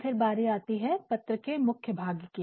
फिर बारी आती है पत्र की बॉडी की